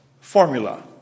formula